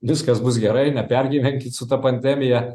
viskas bus gerai nepergyvenkit su ta pandemija